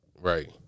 Right